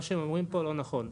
מה שהם אומרים פה לא נכון.